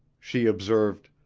she observed